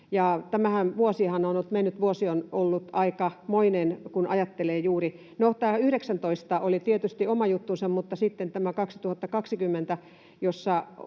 vuosi on ollut aikamoinen, kun ajattelee sitä juuri. No, vuosi 19 oli tietysti oma juttunsa, mutta sitten vuonna